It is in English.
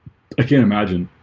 i can't imagine,